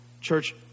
Church